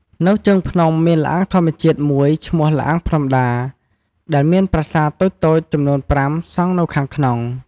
នៅជើងភ្នំមានល្អាងធម្មជាតិមួយឈ្មោះ ល្អាងភ្នំដា ដែលមានប្រាសាទតូចៗចំនួន ៥ សង់នៅខាងក្នុង។